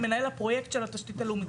מנהל הפרויקט של התשתית הלאומית.